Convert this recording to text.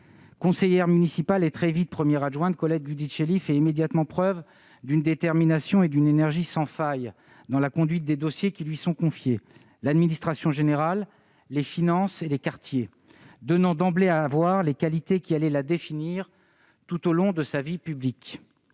Conseillère municipale et très vite première adjointe, Colette Giudicelli fait immédiatement preuve d'une détermination et d'une énergie sans faille dans la conduite des dossiers qui lui sont confiés, à savoir l'administration générale, les finances et les quartiers, donnant d'emblée à voir les qualités qui allaient la définir tout au long de sa vie publique.